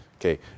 Okay